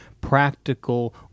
practical